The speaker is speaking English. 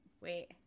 wait